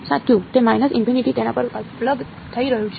સાચું તે તેના પર પ્લગ થઈ રહ્યું છે